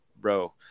bro